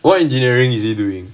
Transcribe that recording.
what engineering is he doing